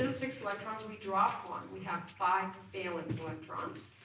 and six electrons we drop one, we have five valence electrons.